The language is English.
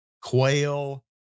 quail